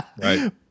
right